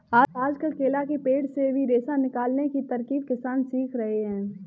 आजकल केला के पेड़ से भी रेशा निकालने की तरकीब किसान सीख रहे हैं